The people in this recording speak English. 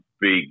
big